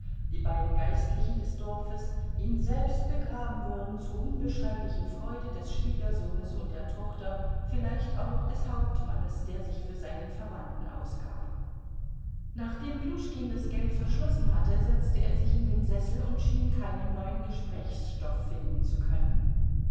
die beiden geistlichen seines dorfes ihn selbst begraben würden zur unbeschreiblichen freude des schwiegersohnes und der tochter vielleicht auch des hauptmanns der sich für seinen verwandten ausgab nachdem pljuschkin das geld verschlossen hatte setzte er sich in den sessel und schien keinen neuen gesprächsstoff finden zu können